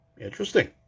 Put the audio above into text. Interesting